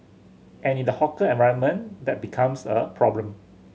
and in the hawker environment that becomes a problem